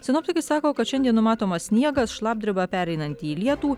sinoptikai sako kad šiandien numatomas sniegas šlapdriba pereinanti į lietų